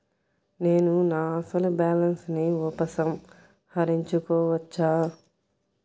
నేను నా అసలు బాలన్స్ ని ఉపసంహరించుకోవచ్చా?